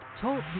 Talk